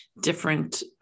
different